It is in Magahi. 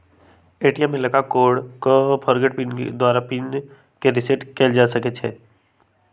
ए.टी.एम में कार्ड लगा कऽ फ़ॉरगोट पिन द्वारा पिन के रिसेट कएल जा सकै छै